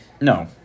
No